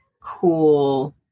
cool